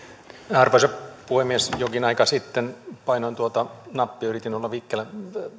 arvoisa puhemies jokin aika sitten painoin tuota nappia yritin olla vikkelä